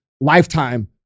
lifetime